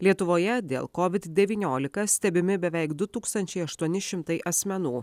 lietuvoje dėl covid devyniolika stebimi beveik du tūkstančiai aštuoni šimtai asmenų